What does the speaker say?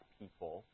people